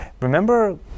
remember